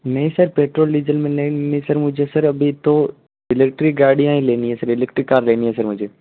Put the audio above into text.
नहीं sir petrol diesel में नहीं सर मुझे सर अभी तो इलेक्ट्रिक गाड़ियां हीं लेनी है इलेक्ट्रिक कार लेनी है सर मुझे